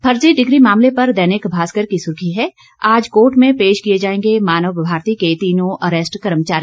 फर्जी डिग्री मामले पर दैनिक भास्कर की सुर्खी है आज कोर्ट में पेश किए जाएंगे मानव भारती के तीनों अरेस्ट कर्मचारी